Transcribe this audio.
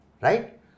Right